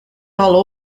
all